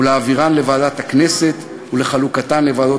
ולהעבירן לוועדת הכנסת לחלוקתן לוועדות